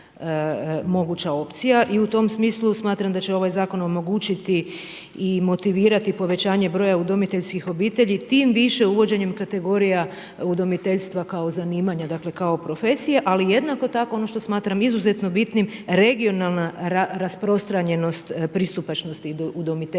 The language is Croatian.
moguća opcija i u tom smislu smatram da će ovaj zakon omogućiti i motivirati povećanje broja udomiteljskih obitelji, tim više uvođenjem kategorija udomiteljstva kao zanimanja, dakle, kao profesija, ali jednako tako, ono što smatram izuzetno bitnim regionalna rasprostranjenost, pristupačnost udomiteljstva,